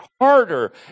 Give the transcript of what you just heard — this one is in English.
harder